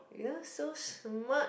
you are so smart